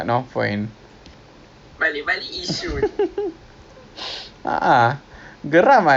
ya lah kalau begitu kena if you want to take the segway kan the segway eh mana ada